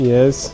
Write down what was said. Yes